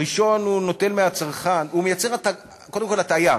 הראשון, הוא מייצר קודם כול הטעיה.